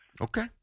Okay